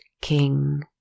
king